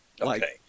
Okay